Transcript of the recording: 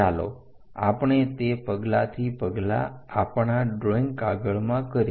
ચાલો આપણે તે પગલાથી પગલા આપણા ડ્રોઈંગ કાગળમાં કરીએ